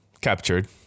captured